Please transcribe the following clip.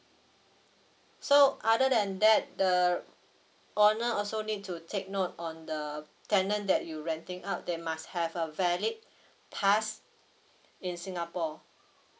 so other than that the owner also need to take note on the tenant that you renting out they must have a valid pass in singapore